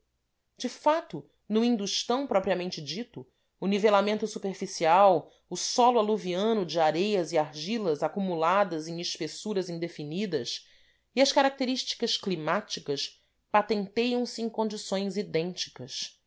de fato no industão propriamente dito o nivelamento superficial o solo aluviano de areias e argilas acumuladas em espessuras indefinidas e as características climáticas patenteiam se em condições idênticas